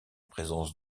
présence